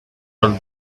all